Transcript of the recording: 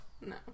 no